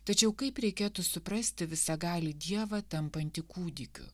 tačiau kaip reikėtų suprasti visagalį dievą tampantį kūdikiu